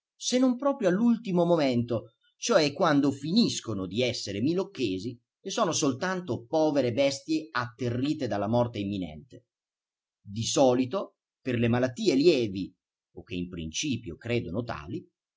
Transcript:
se non proprio all'ultimo momento cioè quando finiscono di essere milocchesi e sono soltanto povere bestie atterrite dalla morte imminente di solito per le malattie lievi o